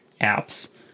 apps